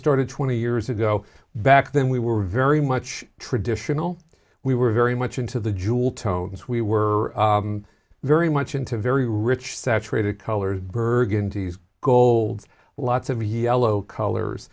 started twenty years ago back then we were very much traditional we were very much into the jewel tones we were very much into very rich saturated colors burgundy gold lots of yellow colors